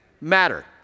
matter